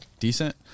Decent